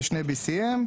BCM,